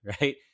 right